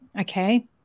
okay